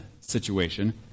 situation